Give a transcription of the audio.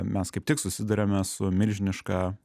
mes kaip tik susiduriame su milžiniška